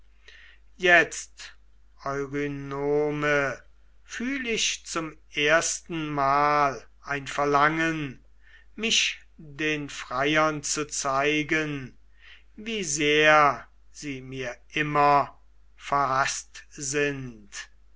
jetzt eurynome fühl ich zum erstenmal ein verlangen mich den freiern zu zeigen wie sehr sie mir immer verhaßt sind